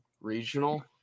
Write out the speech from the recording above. Regional